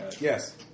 Yes